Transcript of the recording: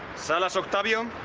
salas, but you